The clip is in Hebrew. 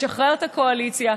תשחרר את הקואליציה,